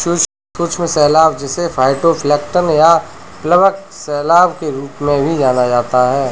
सूक्ष्म शैवाल जिसे फाइटोप्लैंक्टन या प्लवक शैवाल के रूप में भी जाना जाता है